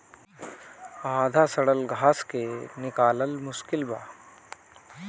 आधा सड़ल घास के निकालल मुश्किल बा